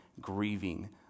grieving